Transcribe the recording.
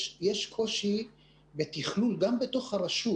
יש קושי בתכלול, גם בתוך הרשות.